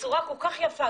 בצורה כל כך יפה,